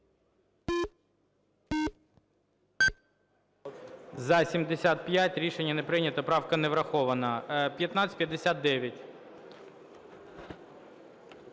За-93 Рішення не прийнято. Правка не врахована. 1934.